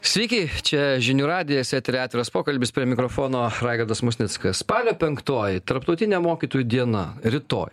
sveiki čia žinių radijas etery atviras pokalbis prie mikrofono raigardas musnickas spalio penktoji tarptautinė mokytojų diena rytoj